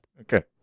Okay